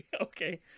okay